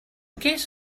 guess